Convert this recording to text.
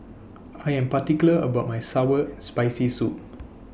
I Am particular about My Sour and Spicy Soup